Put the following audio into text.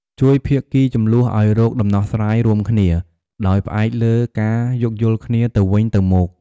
ជួយភាគីជម្លោះឱ្យរកដំណោះស្រាយរួមគ្នា ដោយផ្អែកលើការយោគយល់គ្នាទៅវិញទៅមក។